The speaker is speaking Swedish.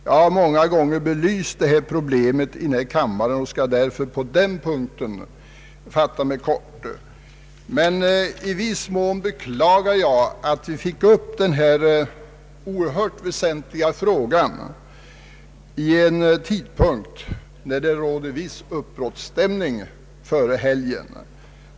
Jag har många gånger belyst detta problem i denna kammare och skall därför på den punkten fatta mig kort. I viss mån beklagar jag att vi fått upp denna oerhört väsentliga fråga till behandling vid en tidpunkt när det råder viss uppbrottsstämning före helgen.